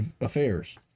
affairs